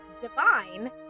Divine